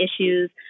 issues